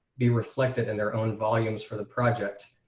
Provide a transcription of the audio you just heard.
be reflected in their own volumes for the project,